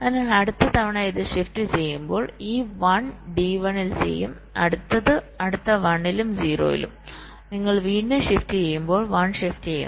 അതിനാൽ അടുത്ത തവണ ഇത് ഷിഫ്റ്റ് ചെയ്യുമ്പോൾ ഈ 1 D1 ൽ ചെയ്യും അടുത്ത 1 ലും 0 ലും നിങ്ങൾ വീണ്ടും ഷിഫ്റ്റ് ചെയ്യുമ്പോൾ 1 ഷിഫ്റ്റ് ചെയ്യും